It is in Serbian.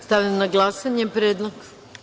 Stavljam, na glasanje ovaj predlog.